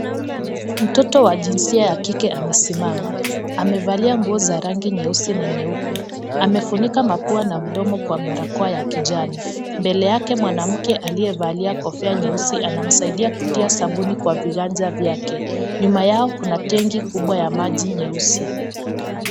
Mtoto wa jinsia ya kike amesimama. Amevalia nguo za rangi nyeusi na nyeupe. Amefunika mapua na mdomo kwa barakoa ya kijani. Mbele yake mwanamke aliyevalia kofia nyeusi. Anamsaidia kutia sabuni kwa viganja vyake. Nyuma yao kuna tenki kubwa ya maji nyeusi.